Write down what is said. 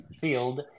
field